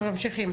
ממשיכים.